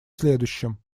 следующем